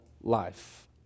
life